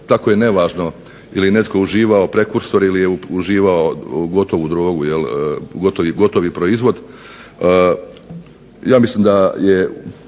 tako je nevažno je li netko uživao prekursor ili je uživao gotovu drogu, gotovi proizvod.